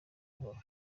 buhoro